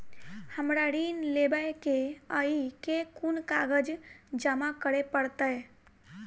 हमरा ऋण लेबै केँ अई केँ कुन कागज जमा करे पड़तै?